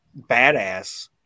badass